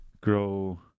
grow